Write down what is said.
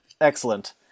excellent